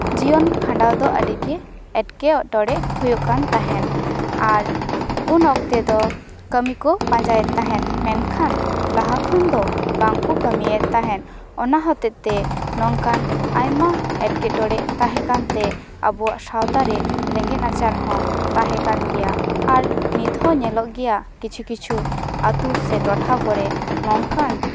ᱡᱤᱭᱚᱱ ᱠᱷᱟᱱᱰᱟᱣ ᱫᱚ ᱟᱹᱰᱤᱜᱮ ᱮᱸᱴᱠᱮᱴᱚᱬᱮ ᱦᱩᱭᱩᱜ ᱠᱟᱱ ᱛᱟᱦᱮᱱ ᱟᱨ ᱩᱱ ᱚᱠᱛᱮ ᱫᱚ ᱠᱟᱹᱢᱤ ᱠᱚ ᱯᱟᱸᱡᱟᱭᱮᱜ ᱛᱟᱦᱮᱱ ᱢᱮᱱᱠᱷᱟᱱ ᱞᱟᱦᱟ ᱠᱷᱚᱱ ᱫᱚ ᱵᱟᱝ ᱠᱚ ᱠᱟᱹᱢᱤᱭᱮᱜ ᱛᱟᱦᱮᱱ ᱚᱱᱟ ᱦᱚᱛᱮᱫ ᱛᱮ ᱱᱚᱝᱠᱟᱱ ᱟᱭᱢᱟ ᱮᱸᱴᱠᱮᱴᱚᱬᱮ ᱛᱟᱦᱮᱸ ᱠᱟᱱᱛᱮ ᱟᱵᱚᱣᱟᱜ ᱥᱟᱶᱛᱟ ᱨᱮ ᱨᱮᱸᱜᱮᱡ ᱱᱟᱪᱟᱨ ᱦᱚᱸ ᱛᱟᱦᱮᱸ ᱠᱟᱱ ᱜᱮᱭᱟ ᱟᱨ ᱱᱤᱛ ᱦᱚᱸ ᱧᱮᱞᱚᱜ ᱠᱟᱱ ᱜᱮᱭᱟ ᱠᱤᱪᱷᱩ ᱠᱤᱪᱷᱩ ᱟᱛᱳ ᱥᱮ ᱴᱚᱴᱷᱟ ᱠᱚᱨᱮ ᱱᱚᱝᱠᱟᱱ